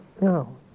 No